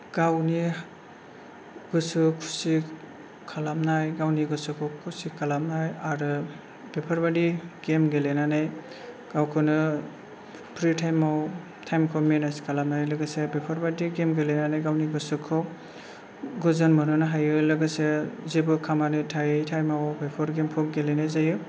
गावनि गोसो खुसि खालामनाय गावनि गोसोखौ खुसि खालामनाय आरो बेफोरबायदि गेम गेलेनानै गावखोनो फ्रि टाईमाव टाईमखौ मेनेज खालामो लोगोसे बेफोरबायदि गेम गेलेनानै गावनि गोसोखौ गोजोन मोनहोनो हायो लोगोसे जेबो खामानि थायै थायमाव बेफोर गेमखौ गेलेनाय जायो